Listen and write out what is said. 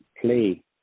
play